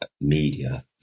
media